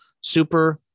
super